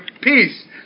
peace